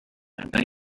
invent